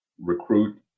recruit